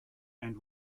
and